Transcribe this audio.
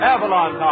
Avalon